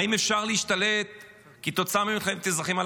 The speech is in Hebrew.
האם אפשר להשתלט על השב"כ כתוצאה ממלחמת אזרחים?